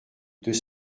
deux